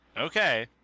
Okay